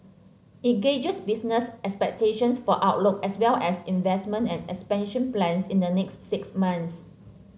it gauges business expectations for outlook as well as investment and expansion plans in the next six months